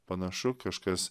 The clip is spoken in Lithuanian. panašu kažkas